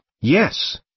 yes